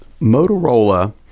Motorola